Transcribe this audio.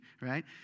right